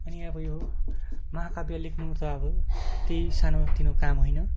अनि अब यो महाकाव्य लेख्नु त अब त्यही सानोतिनो काम होइन